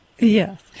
Yes